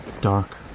Dark